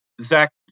Zach